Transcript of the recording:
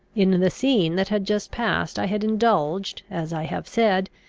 in the scene that had just passed i had indulged, as i have said,